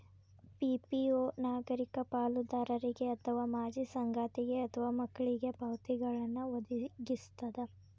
PPO ನಾಗರಿಕ ಪಾಲುದಾರರಿಗೆ ಅಥವಾ ಮಾಜಿ ಸಂಗಾತಿಗೆ ಅಥವಾ ಮಕ್ಳಿಗೆ ಪಾವತಿಗಳ್ನ್ ವದಗಿಸ್ತದ